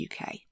UK